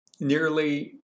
nearly